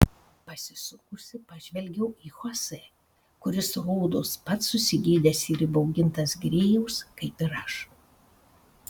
pasisukusi pažvelgiu į chosė kuris rodos pats susigėdęs ir įbaugintas grėjaus kaip ir aš